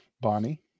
Bonnie